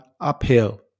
uphill